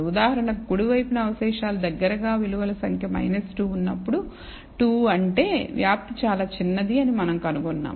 ఉదాహరణకు కుడి వైపున అవశేషాలు దగ్గరగా విలువల సంఖ్య 2 ఉన్నప్పుడు 2 అంటే వ్యాప్తి చాలా చిన్నది అని మనం కనుగొన్నాము